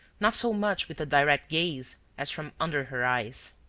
not so much with a direct gaze as from under her eyes.